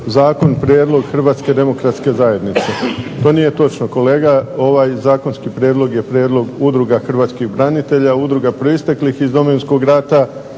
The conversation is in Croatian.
Zakon prijedlog Hrvatske demokratske zajednice. To nije točno. Kolega, ovaj zakonski prijedlog je prijedlog Udruga hrvatskih branitelja, udruga proisteklih iz Domovinskog rata,